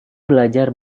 belajar